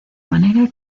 manera